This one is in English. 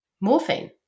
morphine